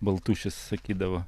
baltušis sakydavo